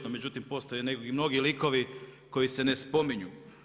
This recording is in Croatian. No međutim, postoje i mnogi likovi koji se ne spominju.